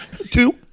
Two